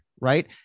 Right